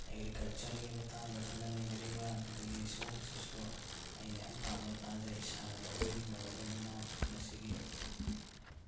ꯑꯦꯒ꯭ꯔꯤꯀꯜꯆꯔꯒꯤ ꯃꯇꯥꯡꯗ ꯈꯟꯅ ꯅꯩꯅꯔꯤꯕ ꯑꯗꯒꯤ ꯁꯤꯒꯨꯝꯕꯁꯤꯁꯨ ꯑꯩꯅ ꯌꯥꯝ ꯄꯥꯝꯅ ꯇꯥꯖꯩ ꯏꯁꯥꯅ ꯂꯧꯃꯤ ꯑꯃ ꯑꯣꯏꯕꯅꯤꯅ ꯃꯁꯤꯒꯤ